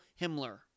Himmler